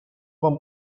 вам